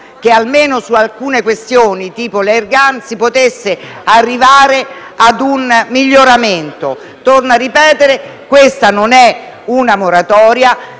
che almeno su alcune questioni come l'*air gun* si potesse arrivare a un miglioramento. Torno a ripetere che questa non è una moratoria.